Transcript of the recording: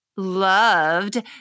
Loved